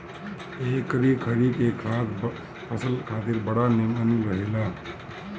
एकरी खरी के खाद फसल खातिर बड़ा निमन रहेला